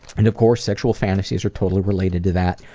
and of course sexual fantasies are totally related to that.